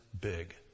big